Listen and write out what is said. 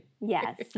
yes